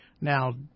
Now